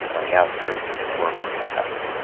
on the outskirts of corbin, kentucky.